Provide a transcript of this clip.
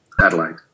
Adelaide